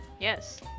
Yes